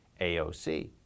AOC